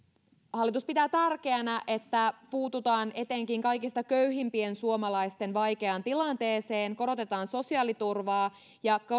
hallitus pitää tärkeänä että puututaan etenkin kaikista köyhimpien suomalaisten vaikeaan tilanteeseen korotetaan sosiaaliturvaa ja